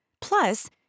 Plus